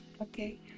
okay